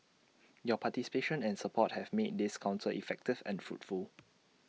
your participation and support have made this Council effective and fruitful